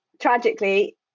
tragically